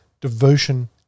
devotion